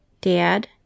Dad